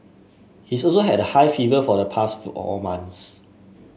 he is also had a high fever for the past four all months